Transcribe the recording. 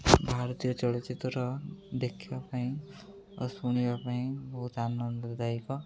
ଭାରତୀୟ ଚଳଚ୍ଚିତ୍ର ଦେଖିବା ପାଇଁ ଓ ଶୁଣିବା ପାଇଁ ବହୁତ ଆନନ୍ଦଦାୟକ